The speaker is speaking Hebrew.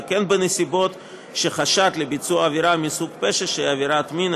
וכן בנסיבות של חשד לביצוע עבירה מסוג פשע שהיא עבירת מין,